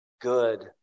good